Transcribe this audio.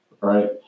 right